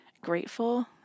grateful